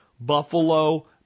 buffalo